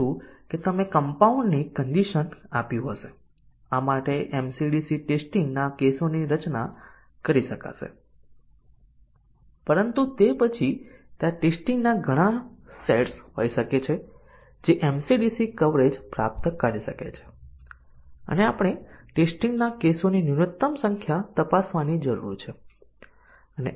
અમે બહુવિધ કન્ડિશન કવરેજનો ઉપયોગ કરી શકતા નથી પરંતુ આપણે બહુવિધ કન્ડિશન કવરેજ જેટલી ટેસ્ટીંગ ના કેસની સંખ્યામાં ઘટાડો કરી શકે છે તેટલી ખામી શોધી કાઢવાની ક્ષમતા પ્રાપ્ત કરી શકીએ છીએ એટોમિક કન્ડિશન ની સંખ્યામાં લીનીયર હોઈ શકે